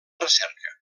recerca